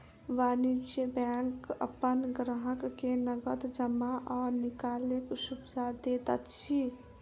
वाणिज्य बैंक अपन ग्राहक के नगद जमा आ निकालैक सुविधा दैत अछि